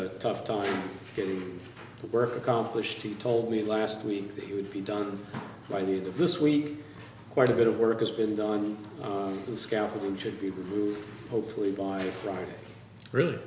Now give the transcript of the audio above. a tough time getting the work accomplished he told me last week that he would be done by the end of this week quite a bit of work has been done on the scaffolding should be hopefully by really really